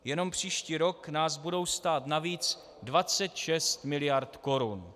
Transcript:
Jenom příští rok nás budou stát navíc 26 miliard korun.